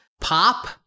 Pop